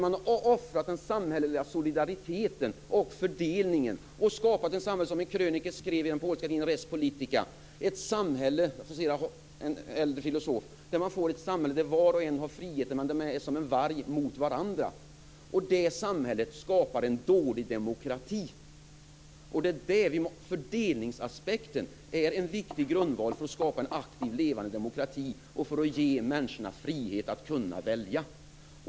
Man har offrat den samhälleliga solidariteten och fördelningen. I den polska tidningen Res Publica har en krönikör citerat en äldre filosof som säger att ett samhälle är där var och en har friheten men att man är som en varg gentemot varandra. Det samhället skapar en dålig demokrati. Fördelningsaspekten är en viktig grundval för att skapa en aktiv levande demokrati och för att ge människorna frihet att kunna välja.